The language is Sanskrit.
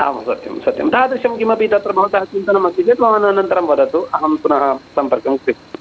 आं सत्यं सत्यं तादृशं किमपि तत्र भवतः चिन्तनमस्ति भवान् अनन्तरं वदतु अहं पुनः सम्पर्कं